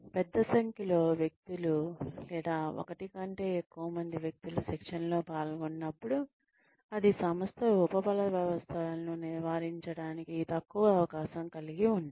పెద్ద సంఖ్యలో వ్యక్తులు లేదా ఒకటి కంటే ఎక్కువ మంది వ్యక్తులు శిక్షణలో పాల్గొన్నప్పుడు అది సంస్థలు ఉపబల వ్యవస్థలను నివారించడానికి తక్కువ అవకాశం కలిగి ఉంటాయి